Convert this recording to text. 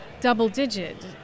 double-digit